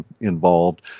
involved